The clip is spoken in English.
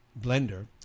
blender